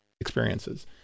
experiences